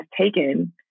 taken